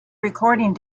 recording